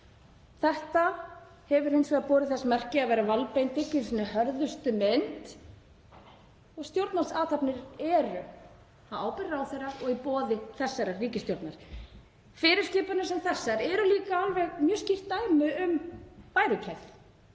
Þetta hefur hins vegar borið þess merki að vera valdbeiting í sinni hörðustu mynd og stjórnvaldsathafnir eru á ábyrgð ráðherra og í boði þessarar ríkisstjórnar. Fyrirskipanir sem þessar eru líka alveg mjög skýrt dæmi um værukærð